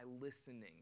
listening